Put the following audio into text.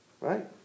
right